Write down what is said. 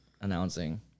announcing